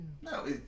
No